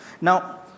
Now